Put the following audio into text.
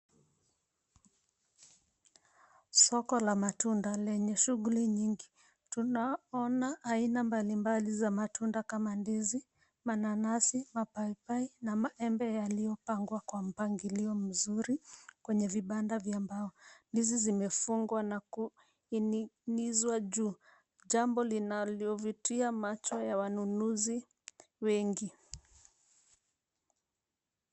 Soko la matunda lenye shughuli nyingi. Tunaona aina mbalimbali za matunda kama ndizi, mananasi, mapaipai na maembe yaliyopangwa kwa mapangilio mzuri kwenye vibanda vya mbao. Ndizi zimefungwa na kuning'inizwa juu. Jambo linalovutia macho ya wanunuzi wengi.